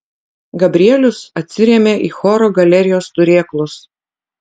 gabrielius atsirėmė į choro galerijos turėklus